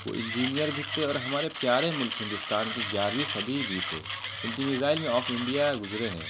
وہ انجینئر بھی تھے اور ہمارے پیارے ملک ہندوستان کے گیارہویں صدی بھی تھے ان کی میزائل مین آف انڈیا گزرے ہیں